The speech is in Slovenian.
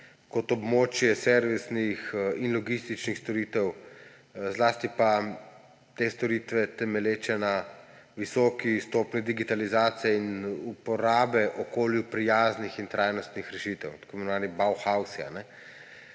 kot območje servisnih in logističnih storitev, zlasti pa te storitve, temelječe na visoki stopnji digitalizacije in uporabe okolju prijaznih in trajnostnih rešitev. Tako imenovani bauhausi,